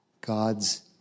God's